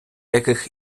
яких